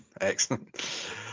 excellent